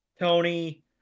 Tony